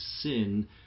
sin